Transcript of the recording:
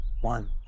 One